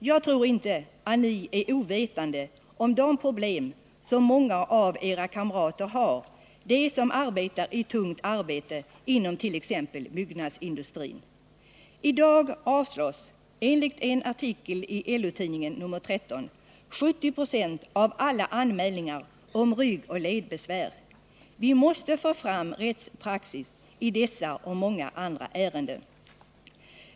Jag tror inte att ni är ovetande om de problem som många av era kamrater har — t.ex. de som arbetar i tungt arbete inom t.ex. byggnadsindustrin. I dag avslås, enligt en artikel i LO-tidningen nr 12, 70 920 av alla anmälningar om ersättning i samband med ryggoch ledbesvär. Vi måste få fram rättspraxis i dessa och många andra ärenden.